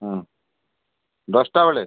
ହୁଁ ଦଶଟା ବେଳେ